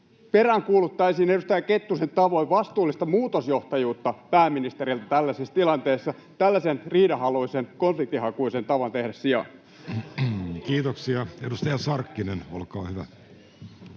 peräänkuuluttaisin edustaja Kettusen tavoin vastuullista muutosjohtajuutta pääministeriltä tällaisessa tilanteessa tällaisen riidanhaluisen, konfliktihakuisen tavan sijaan. [Speech 37] Speaker: Jussi